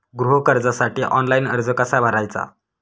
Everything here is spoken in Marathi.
गृह कर्जासाठी ऑनलाइन अर्ज कसा भरायचा?